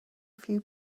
few